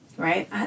right